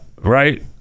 right